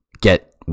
get